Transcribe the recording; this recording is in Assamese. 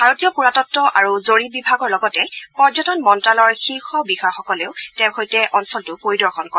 ভাৰতীয় পুৰাতত্ব আৰু জৰীপ বিভাগৰ লগতে পৰ্যটন মন্ত্যালয়ৰ শীৰ্ষ বিষয়াসকলেও তেওঁৰ সৈতে অঞ্চলটো পৰিদৰ্শন কৰে